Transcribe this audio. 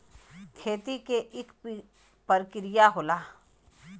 खेती के इक परिकिरिया होला